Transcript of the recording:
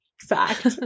fact